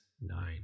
nine